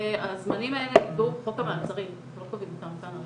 הזמנים האלו נקבעו בחוק המעצרים אנחנו לא קובעים אותם.